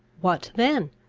what then?